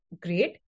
great